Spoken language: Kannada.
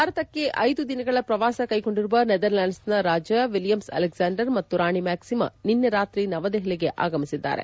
ಭಾರತಕ್ಷೆ ಐದು ದಿನಗಳ ಪ್ರವಾಸ ಕೈಗೊಂಡಿರುವ ನೆದರ್ಲೆಂಡ್ಸ್ನ ರಾಜ ವಿಲಿಯಮ್ ಅಲೆಕ್ಲಾಂಡರ್ ಮತ್ತು ರಾಣಿ ಮ್ಯಾಕ್ಸಿಮಾ ನಿನ್ನೆ ರಾತ್ರಿ ನವದೆಹಲಿಗೆ ಆಗಮಿಸಿದ್ದಾರೆ